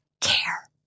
care